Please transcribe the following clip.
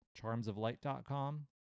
CharmsofLight.com